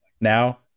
now